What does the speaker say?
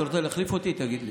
אתה רוצה להחליף אותי, תגיד לי?